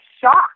shocked